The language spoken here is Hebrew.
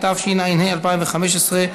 התשע"ה 2015,